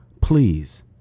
please